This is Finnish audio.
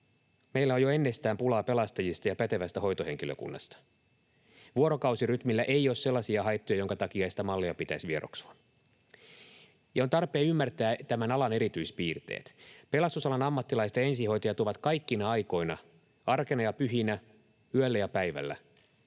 Meillä on jo ennestään pulaa pelastajista ja pätevästä hoitohenkilökunnasta. Vuorokausirytmillä ei ole sellaisia haittoja, joiden takia sitä mallia pitäisi vieroksua. On tarpeen ymmärtää tämän alan erityispiirteet. Pelastusalan ammattilaiset ja ensihoitajat ovat kaikkina aikoina — arkena ja pyhinä, yöllä ja päivällä